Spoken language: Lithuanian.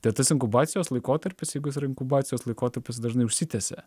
tai tas inkubacijos laikotarpis jeigu jis yra inkubacijos laikotarpis dažnai užsitęsia